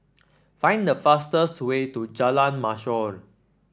find the fastest way to Jalan Mashor